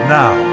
now